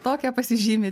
tokią pasižymi